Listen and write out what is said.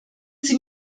sie